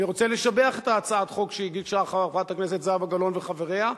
אני רוצה לשבח את הצעת החוק שהגישו חברת הכנסת זהבה גלאון וחבריה,